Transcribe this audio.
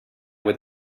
with